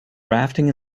rafting